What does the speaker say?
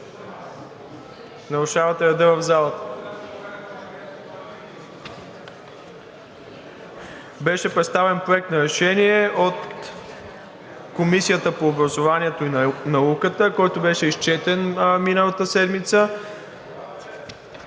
Беше представен Проект на решение от Комисията по образованието и науката, който беше изчетен миналата седмица.